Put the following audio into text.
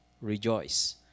rejoice